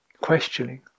questioning